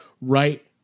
right